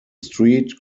street